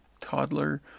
toddler